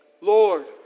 Lord